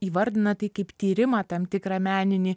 įvardina tai kaip tyrimą tam tikrą meninį